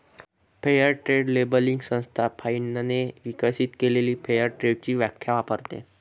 fair trade labelling संस्था फाइनने विकसित केलेली फेअर ट्रेडची व्याख्या वापरते